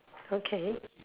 okay